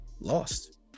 lost